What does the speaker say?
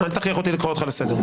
אל תכריח אותי לקרוא אותך פעם שלישית.